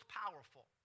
powerful